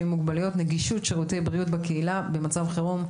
עם מוגבלויות (נגישות שירותי בריאות בקהילה במצב חירום).